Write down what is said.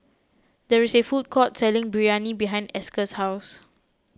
there is a food court selling Biryani behind Esker's house